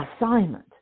assignment